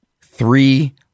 three